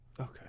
Okay